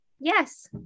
Yes